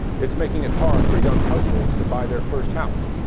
it's making it hard for young households to buy their first house